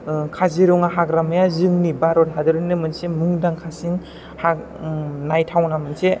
ओह काजिरङा हाग्रामाया जोंनि भारत हादरनिनो मोनसे मुंदांखासिन हाग उम नायथावना मोनसे